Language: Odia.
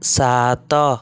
ସାତ